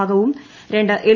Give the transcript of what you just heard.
ഭാഗവും രണ്ട് എൽ